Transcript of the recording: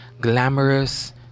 glamorous